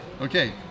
Okay